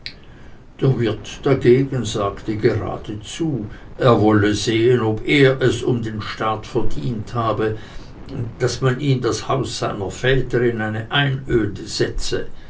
der wirt dagegen sagte geradezu er wolle sehen ob er es um den staat verdient habe daß man ihm das haus seiner väter in eine einöde setze